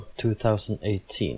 2018